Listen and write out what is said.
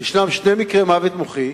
יש שני מקרי מוות מוחי,